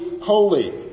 holy